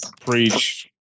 Preach